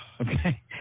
Okay